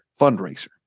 fundraiser